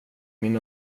min